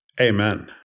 Amen